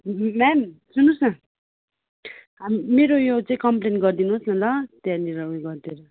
ma'am सुन्नुहोस् न मेरो यो चाहिँ कम्पलेन गरिदिनुहोस न ल त्यहाँनिर उयो गरिदिएर